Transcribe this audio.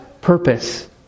purpose